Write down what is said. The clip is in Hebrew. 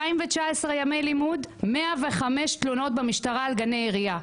ב-219 ימי לימוד הוגשו 105 תלונות במשטרה על גני עירייה.